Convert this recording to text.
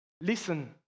Listen